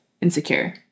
insecure